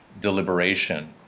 deliberation